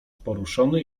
poruszony